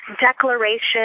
declaration